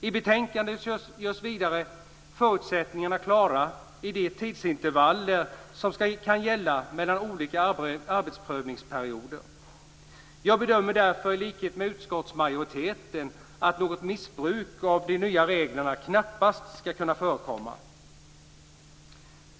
I betänkandet görs vidare förutsättningarna klara för de tidsintervall som kan gälla mellan olika arbetsprövningsperioder. Jag bedömer därför i likhet med utskottsmajoriteten att något missbruk av de nya reglerna knappast ska kunna förekomma.